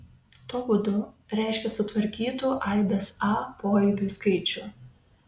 tuo būdu reiškia sutvarkytų aibės a poaibių skaičių